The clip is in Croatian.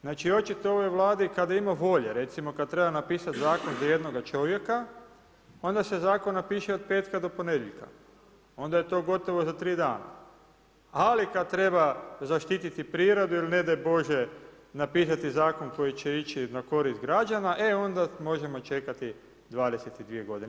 Znači očito ovoj Vladi kada ima volje, recimo kad treba napisati zakon za jednoga čovjeka, onda se zakon napiše od petka do ponedjeljka, onda je to gotovo za 3 dana, ali kad treba zaštiti prirodu ili ne daj bože, napisati zakon koji će ići na korist građana, e onda možemo čekati 22 godine.